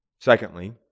Secondly